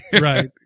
right